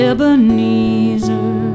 Ebenezer